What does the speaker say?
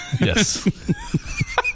Yes